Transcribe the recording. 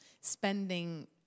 spending